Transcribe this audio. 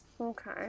Okay